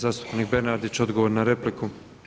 Zastupnik Bernardić, odgovor na repliku.